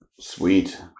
Sweet